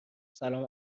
سلام